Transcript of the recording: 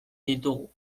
ditugu